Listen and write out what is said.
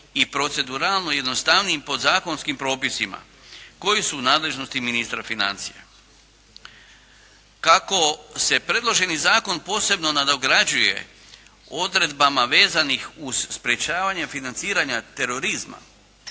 i proceduralno jednostavnijim podzakonskim propisima koji su u nadležnosti ministra financija. Kako se predloženi zakon posebno nadograđuje odredbama vezanih uz sprječavanje financiranja terorizma,